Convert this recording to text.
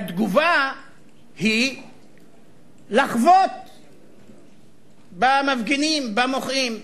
והתגובה היא לחבוט במפגינים, במוחים.